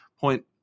point